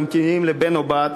ממתינים לבן או לבת